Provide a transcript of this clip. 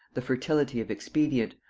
the fertility of expedient,